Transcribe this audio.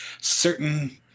certain